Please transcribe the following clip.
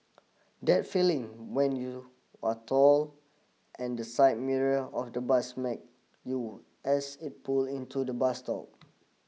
that feeling when you are tall and the side mirror of the bus smack you as it pull into the bus stop